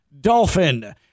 Dolphin